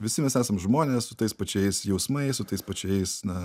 visi mes esam žmonės su tais pačiais jausmais su tais pačiais na